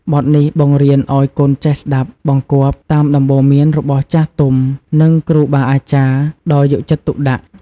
បទនេះបង្រៀនឲ្យកូនចេះ ស្ដាប់បង្គាប់ តាមដំបូន្មានរបស់ចាស់ទុំ និងគ្រូបាអាចារ្យដោយយកចិត្តទុកដាក់។